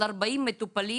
על 40 מטופלים,